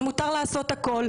אז מותר לעשות הכול.